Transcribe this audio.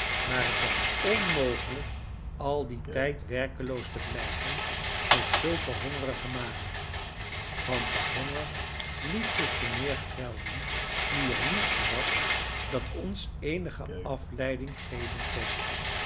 maar het was onmogelijk al dien tijd werkeloos te blijven met zulke hongerige magen want de honger liet zich te meer gelden nu er niets was dat ons eenige afleiding geven kon